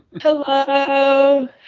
Hello